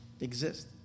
exist